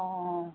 অঁ